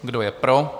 Kdo je pro?